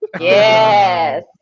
yes